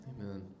Amen